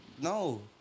no